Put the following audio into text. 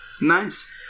nice